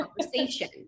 conversation